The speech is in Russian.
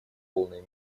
полной